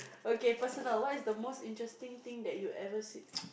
okay personal what is the most interesting thing that you ever seen